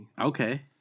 Okay